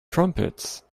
trumpets